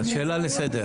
לסדר, שאלה לסדר.